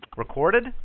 Recorded